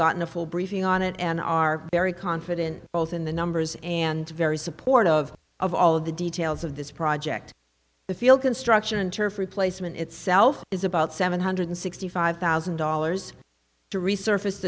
gotten a full briefing on it and are very confident both in the numbers and very supportive of of all of the details of this project the field construction turf replacement itself is about seven hundred sixty five thousand dollars to resurface